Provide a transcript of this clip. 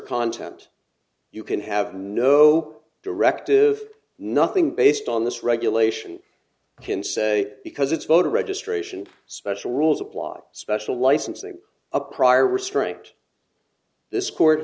content you can have no directive nothing based on this regulation can say because it's voter registration special rules apply special licensing a prior restraint this co